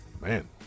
Man